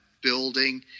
building